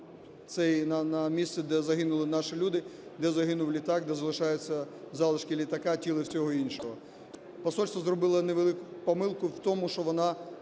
на місце, де загинули наші люди, де загинув літак, де залишаються залишки літака, тіл і всього іншого. Посольство зробило невелику помилку в тому, що воно